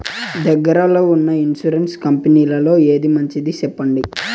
దగ్గర లో ఉన్న ఇన్సూరెన్సు కంపెనీలలో ఏది మంచిది? సెప్పండి?